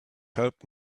helped